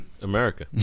America